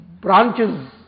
branches